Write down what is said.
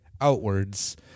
outwards